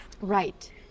right